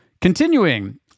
Continuing